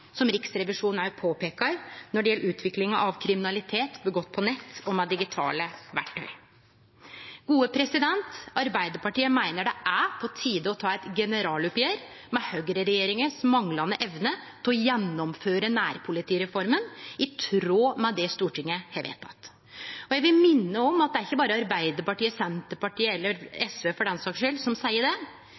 som Riksrevisjonen òg påpeikar når det gjeld kriminalitet gjort på nett og med digitale verktøy. Arbeidarpartiet meiner det er på tide å ta eit generaloppgjer med høgreregjeringas manglande evne til å gjennomføre nærpolitireforma i tråd med det Stortinget har vedteke. Eg vil minne om at det ikkje berre er Arbeidarpartiet, Senterpartiet eller SV, for den sakas skuld, som seier det,